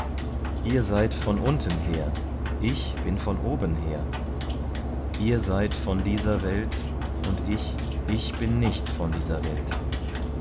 ihr seid von untenher ich bin von obenher ihr seid von dieser welt ich bin nicht von dieser welt